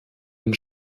den